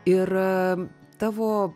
ir tavo